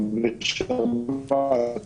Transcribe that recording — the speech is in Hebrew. ובחג,